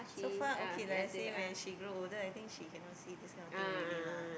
so far okay lah let's say when she grow older I think she cannot see this kind of thing already lah